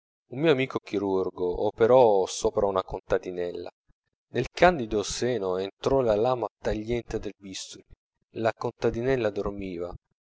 un mio amico chirurgo operò sopra una contadinella nel candido seno entrò la lama tagliente del bisturi la contadinella dormiva